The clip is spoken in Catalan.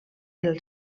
del